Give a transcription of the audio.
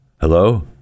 Hello